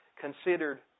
considered